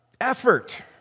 effort